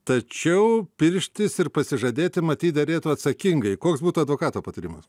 tačiau pirštis ir pasižadėti matyt derėtų atsakingai koks būtų advokato patarimas